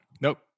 Nope